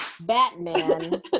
Batman